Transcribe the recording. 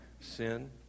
sin